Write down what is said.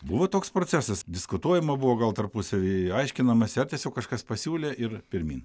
buvo toks procesas diskutuojama buvo gal tarpusavy aiškinamasi ar tiesiog kažkas pasiūlė ir pirmyn